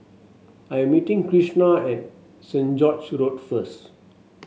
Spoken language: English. I am meeting Kristina at Saint George's Road first